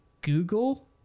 Google